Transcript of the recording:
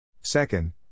Second